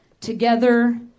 together